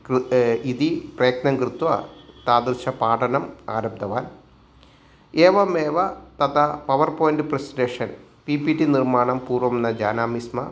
कृतम् इति प्रयत्नं कृत्वा तादृशं पाठनम् आरब्धवान् एवमेव तत्र पवर् पायिन्ट् प्रसन्टेशन् पिपिटि निर्माणं पूर्वं न जानामि स्म